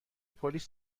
پلیس